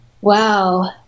Wow